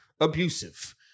abusive